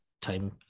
time